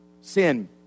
sin